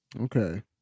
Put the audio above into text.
okay